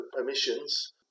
emissions